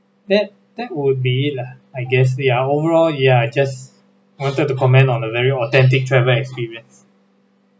that that will be it lah I guess they are overall ya I just wanted to commend on a very authentic travel experience